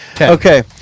Okay